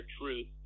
truth